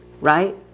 right